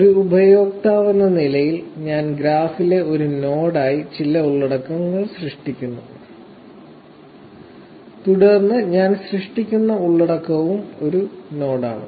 ഒരു ഉപയോക്താവെന്ന നിലയിൽ ഞാൻ ഗ്രാഫിലെ ഒരു നോഡായി ചില ഉള്ളടക്കങ്ങൾ സൃഷ്ടിക്കുന്നു തുടർന്ന് ഞാൻ സൃഷ്ടിക്കുന്ന ഉള്ളടക്കവും ഒരു നോഡാണ്